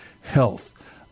health